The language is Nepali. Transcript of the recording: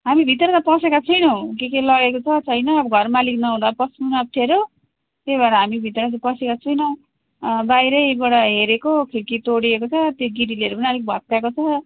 हामी भित्र त पसेका छैनौँ के के लगेको छ छैन अब घर मालिक नहुँदा पस्नु पनि अप्ठ्यारो त्यही भएर हामी भित्र चाहिँ पसेका छैनौँ बाहिरैबाट हेरेको खिड्की तोडिएको छ त्यो ग्रिलहरू पनि अलिक भत्काको छ